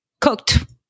cooked